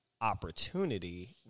opportunity